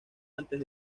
antes